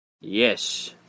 Yes